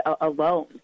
alone